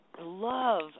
love